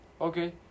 Okay